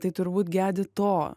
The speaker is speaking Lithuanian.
tai turbūt gedi to